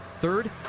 Third